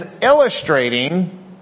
illustrating